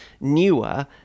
newer